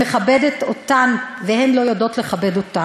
שמכבדת אותן, והן לא יודעות לכבד אותה.